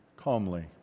calmly